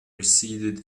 receded